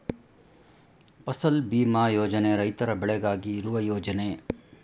ಫಸಲ್ ಭೀಮಾ ಯೋಜನೆ ರೈತರ ಬೆಳೆಗಾಗಿ ಇರುವ ಯೋಜನೆ